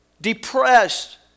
depressed